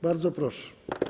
Bardzo proszę.